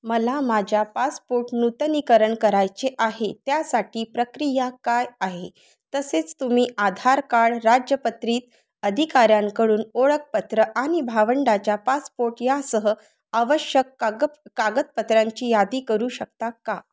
मला माझ्या पासपोट नूतनीकरण करायचे आहे त्यासाठी प्रक्रिया काय आहे तसेच तुम्ही आधार कार्ड राजपत्रित अधिकाऱ्यांकडून ओळखपत्र आणि भावंडाच्या पासपोट यासह आवश्यक काग कागदपत्रांची यादी करू शकता का